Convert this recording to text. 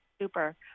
Super